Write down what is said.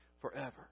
forever